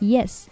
Yes